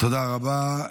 תודה רבה.